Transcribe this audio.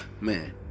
man